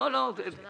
אני רוצה